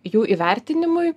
jų įvertinimui